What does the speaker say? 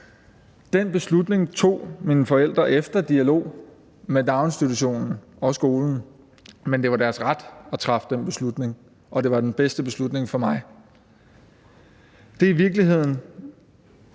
Den beslutning tog mine forældre efter dialog med dagsinstitutionen og skolen, men det var deres ret at træffe den beslutning, og det var den bedste beslutning for mig. Det er i virkeligheden